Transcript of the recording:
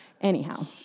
Anyhow